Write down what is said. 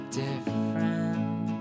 different